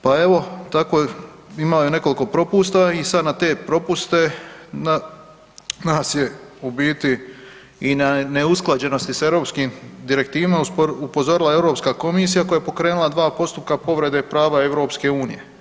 Pa evo tako ima nekoliko propusta i sad na te propuste, nas je u biti i na neusklađenosti sa europskim direktivama upozorila Europska komisija koja je pokrenula dva postupka povrede prava EU.